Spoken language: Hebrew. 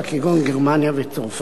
כגון גרמניה וצרפת.